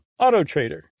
AutoTrader